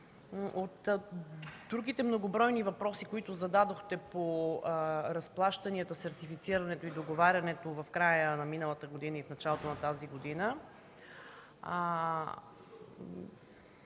От другите многобройни въпроси, които зададохте по разплащанията, сертифицирането и договарянето в края на миналата и в началото на тази година,